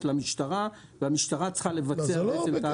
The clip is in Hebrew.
למשטרה והמשטרה צריכה לבצע את ההדרכה.